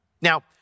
Now